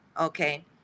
Okay